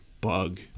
bug